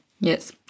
Yes